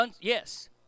Yes